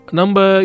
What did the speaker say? number